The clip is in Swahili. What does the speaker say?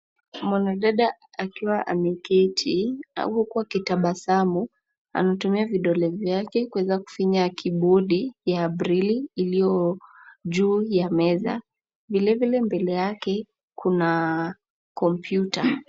Mwanadada akiwa ameketi huku akitabasamu. Anatumia vidole vyake kuweza kufinya kibodi ya braille iliyo juu ya meza. Vile vile, mbele yake kuna kompyuta.